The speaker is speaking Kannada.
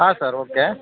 ಹಾಂ ಸರ್ ಓಕೆ